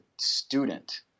student